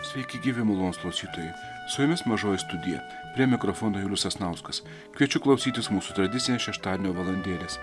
sveiki gyvi malonūs klausytojai su jumis mažoji studija prie mikrofono julius sasnauskas kviečiu klausytis mūsų tradicinės šeštadienio valandėlės